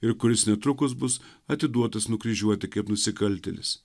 ir kuris netrukus bus atiduotas nukryžiuoti kaip nusikaltėlis